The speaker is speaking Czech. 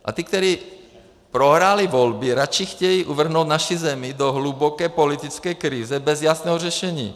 A ti, kteří prohráli volby, radši chtějí uvrhnout naši zemi do hluboké politické krize bez jasného řešení.